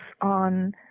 on